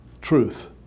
truth